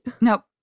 Nope